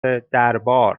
دربار